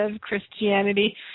Christianity